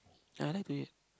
I like to eat